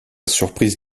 surprise